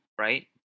right